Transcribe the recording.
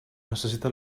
necessita